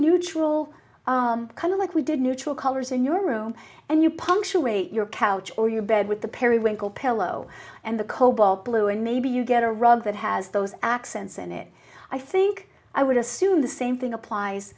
color like we did neutral colors in your room and you punctuate your couch or your bed with the perry winkle pillow and the cobalt blue and maybe you get a rug that has those accents in it i think i would assume the same thing applies